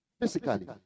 physically